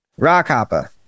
Rockhopper